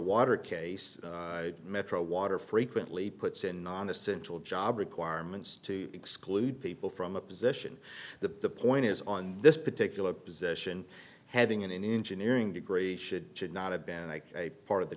water case metro water frequently puts in non essential job requirements to exclude people from a position the point is on this particular position having an engineering degree should should not have been like a part of the